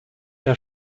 der